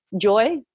joy